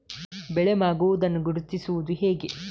ಬೆಳೆ ಮಾಗುವುದನ್ನು ಗುರುತಿಸುವುದು ಹೇಗೆ?